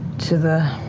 to the